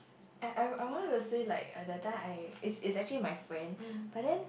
I I I wanted to say like at that time I it's it's actually my friend but then